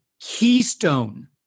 keystone